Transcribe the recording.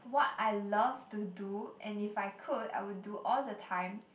what I love to do and if I could I would do all the time